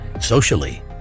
Socially